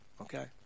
Okay